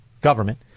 government